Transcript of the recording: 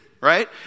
right